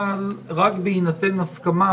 אבל רק בהינתן הסכמה